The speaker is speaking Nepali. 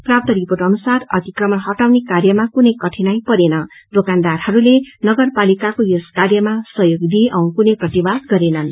प्राप्त रिर्पोट अनुसार अतिकमण हटाउने कायमा कुनै कठिनाई परेन दोकानदारहरूनले नगरपालिकाको यस कार्यमा सहयोग दिए औ कुनै प्रतिवाद गरेनन्